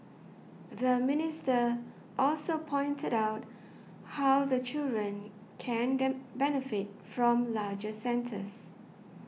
the minister also pointed out how the children can benefit from larger centres